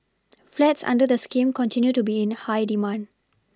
flats under the scheme continue to be in high demand